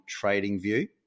TradingView